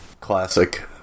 Classic